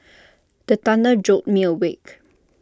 the thunder jolt me awake